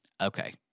Okay